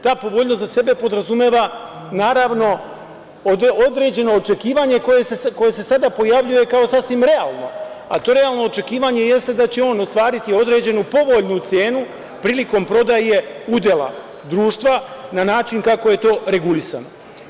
Ta povoljnost za sebe podrazumeva naravno određena očekivanja koja se sada pojavljuju kao sasvim realna, a to realno očekivanje jeste da će on ostvariti određenu povoljnu cenu prilikom prodaje udela društva na način kako je to regulisano.